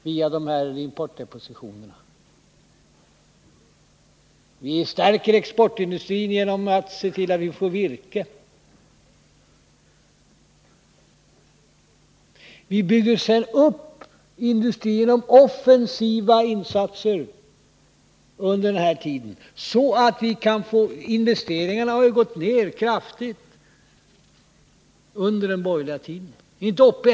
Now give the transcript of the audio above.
Vi vill stärka exportindustrin genom att se till att vi får virke. Vi vill sedan, genom offensiva satsningar under denna tid, bygga upp industrierna, så att vi kan påbörja en utbyggnad av arbetsplatserna i Sverige. Investeringarna har ju gått ner kraftigt under den borgerliga regeringstiden.